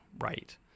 right